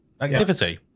activity